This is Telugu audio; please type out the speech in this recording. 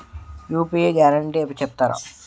యూ.పీ.యి గ్యారంటీ చెప్తారా?